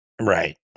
Right